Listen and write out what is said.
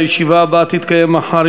הישיבה הבאה תתקיים מחר,